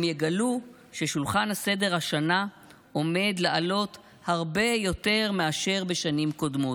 הם יגלו ששולחן הסדר השנה עומד לעלות הרבה יותר מאשר בשנים קודמות: